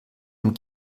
dem